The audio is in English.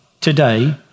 today